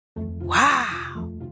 Wow